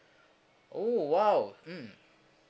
oh !wow! mm